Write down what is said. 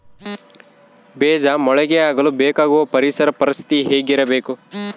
ಬೇಜ ಮೊಳಕೆಯಾಗಲು ಬೇಕಾಗುವ ಪರಿಸರ ಪರಿಸ್ಥಿತಿ ಹೇಗಿರಬೇಕು?